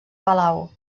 palau